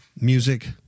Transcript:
music